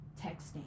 texting